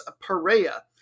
Perea